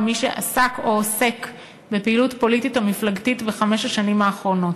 ומי שעסק או עוסק בפעילות פוליטית או מפלגתית בחמש השנים האחרונות.